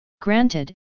Granted